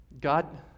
God